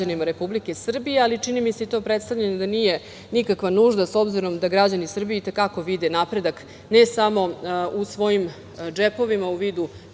Republike Srbije, čini mi se i to predstavljanje da nije nikakva nužda s obzirom da građani Srbije i te kako vide napredak ne samo u svojim džepovima u vidu